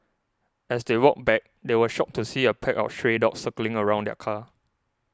as they walked back they were shocked to see a pack of stray dogs circling around the car